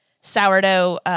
sourdough